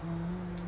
orh